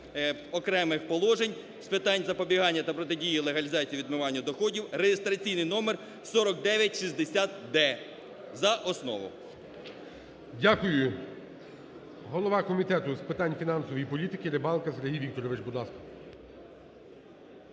окремих положень з питань запобігання та протидії легалізації (відмиванню) доходів (реєстраційний номер 4960-д) за основу. ГОЛОВУЮЧИЙ. Дякую. Голова Комітету з питань фінансової політки Рибалка Сергій Вікторович, будь ласка.